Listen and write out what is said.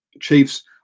Chiefs